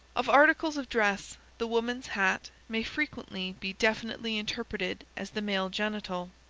of articles of dress the woman's hat may frequently be definitely interpreted as the male genital.